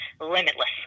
limitless